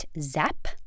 zap